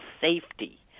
safety